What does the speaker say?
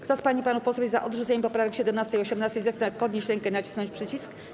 Kto z pań i panów posłów jest za odrzuceniem poprawek 17. i 18., zechce podnieść rękę i nacisnąć przycisk.